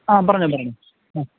ആ പറഞ്ഞോ പറഞ്ഞോ ആ